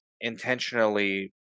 intentionally